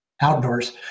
outdoors